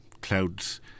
clouds